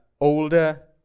older